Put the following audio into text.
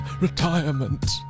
Retirement